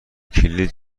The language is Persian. کلید